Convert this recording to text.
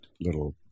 little